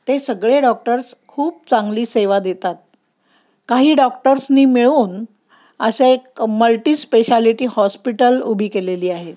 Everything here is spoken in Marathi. ते सगळे डॉक्टर्स खूप चांगली सेवा देतात काही डॉक्टर्सनी मिळून अशा एक मल्टिस्पेशालिटी हॉस्पिटल उभी केलेली आहे